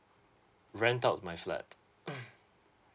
rent out my flat